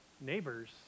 neighbors